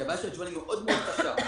כי הבעיה של השוויון היא מאוד מאוד קשה,